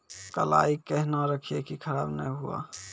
कलाई केहनो रखिए की खराब नहीं हुआ?